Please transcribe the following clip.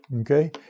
Okay